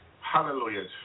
Hallelujah